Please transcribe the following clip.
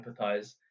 empathize